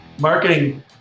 Marketing